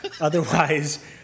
Otherwise